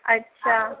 अच्छा